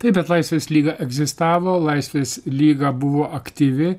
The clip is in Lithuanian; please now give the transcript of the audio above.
taip bet laisvės lyga egzistavo laisvės lyga buvo aktyvi